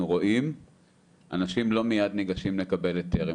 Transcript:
רואים אנשים לא מיד ניגשים לקבל היתרים,